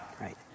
right